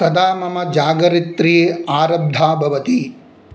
कदा मम जागरित्री आरब्धा भवति